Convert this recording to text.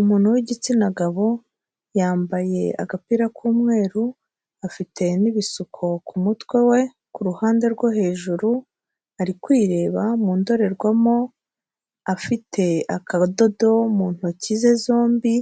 Umuntu w'igitsina gabo yambaye agapira k'umweru, afite n'ibisuko ku kumutwe we kuruhande rwo hejuru, ari kwireba mu ndorerwamo, afite akadodo mu ntoki ze zombi,